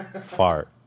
Fart